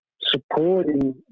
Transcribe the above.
supporting